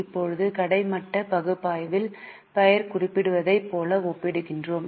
இப்போது கிடைமட்ட பகுப்பாய்வில் பெயர் குறிப்பிடுவதைப் போல ஒப்பிடுகிறோம்